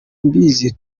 mbizi